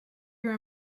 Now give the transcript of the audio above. your